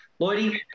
Lloydie